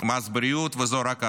מס בריאות, וזו רק ההתחלה.